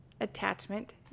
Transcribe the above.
attachment